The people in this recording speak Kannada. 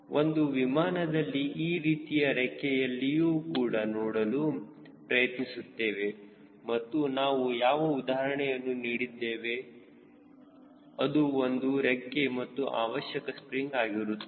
ಒಂದು ವಿಮಾನದಲ್ಲಿ ಈ ರೀತಿ ರೆಕ್ಕೆಯಲ್ಲಿಯೂ ಕೂಡ ನೋಡಲು ಪ್ರಯತ್ನಿಸುತ್ತೇನೆ ಮತ್ತು ನಾವು ಯಾವ ಉದಾಹರಣೆಯನ್ನು ನೀಡಿದ್ದೇವೆ ಅದು ಒಂದು ರೆಕ್ಕೆ ಮತ್ತು ಅವಶ್ಯಕ ಸ್ಪ್ರಿಂಗ್ ಆಗಿರುತ್ತದೆ